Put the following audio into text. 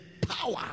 power